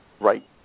right